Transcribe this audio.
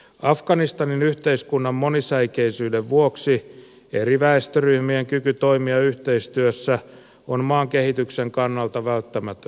afganistanin yhteiskunnan monisäikeisyyden vuoksi eri väestöryhmien kyky toimia yhteistyössä on maan kehityksen kannalta välttämätöntä